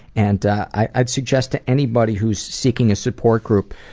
and i'd suggest to anybody who's seeking a support group,